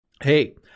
Hey